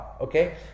Okay